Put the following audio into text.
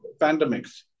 pandemics